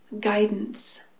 guidance